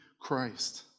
Christ